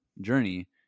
journey